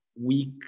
week